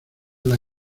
las